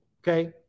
Okay